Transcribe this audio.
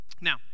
Now